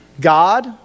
God